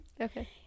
Okay